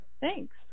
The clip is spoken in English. Thanks